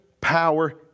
power